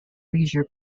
leisure